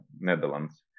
Netherlands